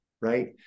right